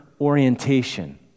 orientation